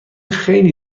خیلی